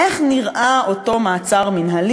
איך נראה אותו מעצר מינהלי?